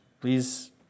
Please